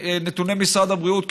לפי נתוני משרד הבריאות,